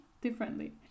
differently